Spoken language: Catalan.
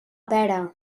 pera